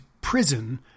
prison